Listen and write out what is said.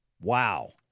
Wow